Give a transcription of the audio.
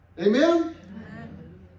Amen